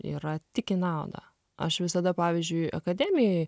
yra tik į naudą aš visada pavyzdžiui akademijoj